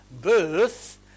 birth